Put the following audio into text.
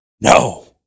no